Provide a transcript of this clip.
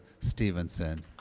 Stevenson